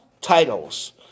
titles